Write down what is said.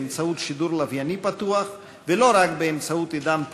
באמצעות שידור לווייני פתוח ולא רק באמצעות "עידן פלוס",